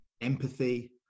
empathy